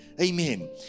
Amen